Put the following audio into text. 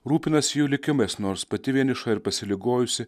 rūpinasi jų likimas nors pati vieniša ir pasiligojusi